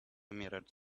mirrored